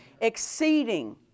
Exceeding